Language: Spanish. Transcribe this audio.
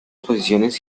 exposiciones